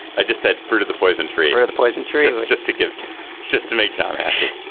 i just said fruit of the poison tree or the poisoned trees just to give just to make count